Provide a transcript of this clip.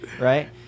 Right